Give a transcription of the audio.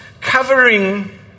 covering